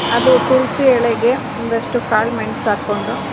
ಅದು ತುಳಸಿ ಎಳೆಗೆ ಒಂದಷ್ಟು ಕಾಳು ಮೆಣಸಾಕ್ಕೊಂಡು